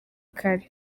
kare